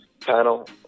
panel